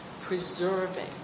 preserving